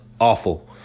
awful